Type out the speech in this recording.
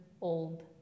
old